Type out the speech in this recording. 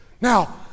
Now